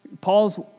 Paul's